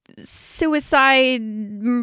suicide